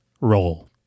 roll